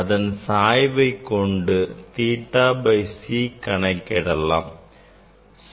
அதன் சாய்வை கொண்டு theta by C கணக்கிடலாம்